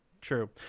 True